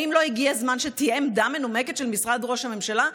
האם לא הגיע הזמן שתהיה עמדה מנומקת של משרד ראש הממשלה?